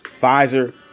Pfizer